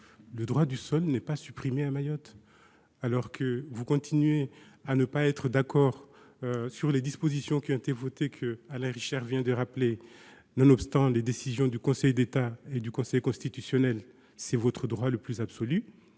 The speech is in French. Le droit du sol n'est pas supprimé à Mayotte ! Que vous continuiez à ne pas être d'accord avec les dispositions qui ont été votées et qu'Alain Richard vient de rappeler, nonobstant les décisions du Conseil d'État et du Conseil constitutionnel, c'est votre droit le plus absolu,